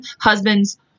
husbands